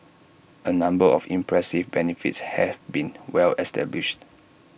A number of impressive benefits have been well established